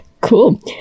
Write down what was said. Cool